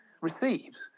receives